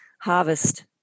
harvest